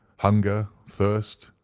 hunger, thirst,